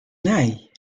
nij